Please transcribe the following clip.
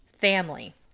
family